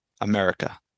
America